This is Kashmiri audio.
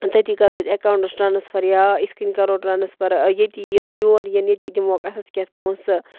تٔتی کَرو أسۍ اٮ۪کاوٹس ٹرانسفر یا اِتھ کٔنۍ کَرو ٹرانسفر ییٚتہِ یِنۍ یور یِنۍ ییٚتی دِمہٕ ہوٚکھ اَتھس کٮ۪تھ پونٛسہٕ